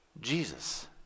Jesus